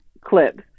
clips